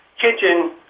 kitchen